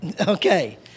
Okay